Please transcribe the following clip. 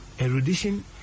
erudition